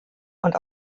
und